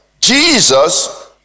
Jesus